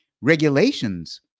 regulations